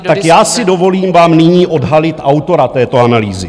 Tak já si dovolím vám nyní odhalit autora této analýzy.